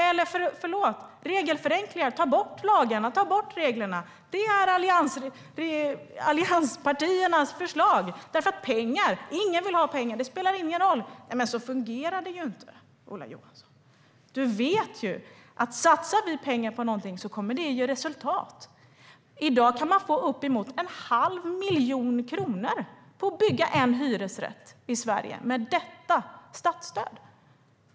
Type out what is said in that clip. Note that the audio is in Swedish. Eller, förlåt: Vi behöver regelförenklingar. Vi ska ta bort lagarna och reglerna. Det är allianspartiernas förslag. Ingen vill ha pengar. Det spelar ingen roll. Så fungerar det inte, Ola Johansson. Du vet att om vi satsar pengar på någonting kommer det att ge resultat. I dag kan man få uppemot en halv miljon kronor på att bygga en hyresrätt i Sverige med detta statsstöd.